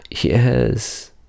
yes